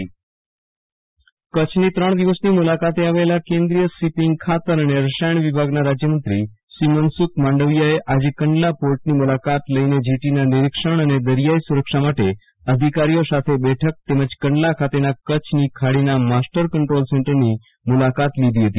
Viral Rana shipping મંત્રો કચ્છની ત્રણ દિવસની મુલાકાતે આવેલા શિપિંગ ખાતર અને રાજય રસાયણ મંત્રી શ્રી મનસુખ માંડવીયાએ આજે કંડલા પોર્ટની મુલાકાત લઈને જેટીના નિરીક્ષણ અને દરિયાઈ સુરક્ષા માટે અધિકારી ઓ સાથે બેઠક તેમજ કંડલા ખાતેના કચ્છની ખાડીના માસ્ટર કંટ્રોલ સેન્ટરની મુલાકાત લીધી હતી